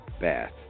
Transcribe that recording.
Bath